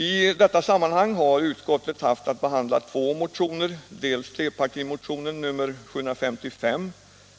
I detta sammanhang har utskottet haft att behandla två motioner, dels trepartimotionen 755